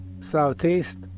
southeast